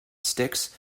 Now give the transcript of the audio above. sticks